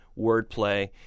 wordplay